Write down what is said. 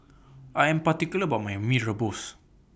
I Am particular about My Mee Rebus